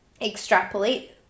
extrapolate